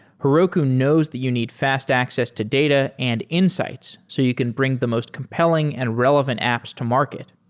heroku knows that you need fast access to data and insights so you can bring the most compelling and relevant apps to market.